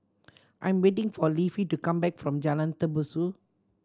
I am waiting for Leafy to come back from Jalan Tembusu